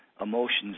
emotions